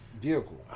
vehicle